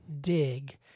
dig